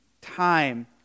time